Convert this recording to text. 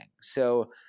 So-